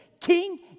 King